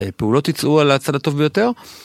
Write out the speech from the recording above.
פעולות יצאו על הצד הטוב ביותר.